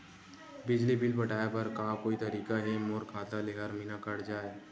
बिजली बिल पटाय बर का कोई तरीका हे मोर खाता ले हर महीना कट जाय?